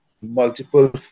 multiple